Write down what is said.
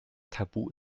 tabu